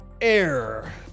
air